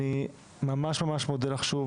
אני ממש ממש מודה לך שוב,